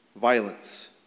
violence